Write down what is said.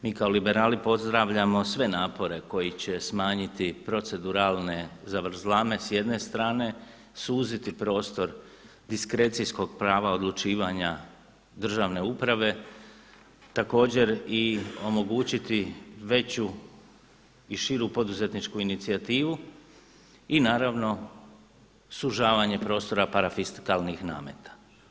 Mi kao liberali pozdravljamo sve napore koji će smanjiti proceduralne zavrzlame s jedne strane, suziti prostor diskrecijskog prava odlučivanja državne uprave, također i omogućiti veću i širu poduzetničku inicijativu i naravno sužvanje prostora parafiskalnih nameta.